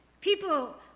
People